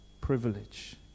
privilege